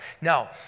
Now